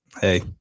Hey